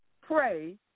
pray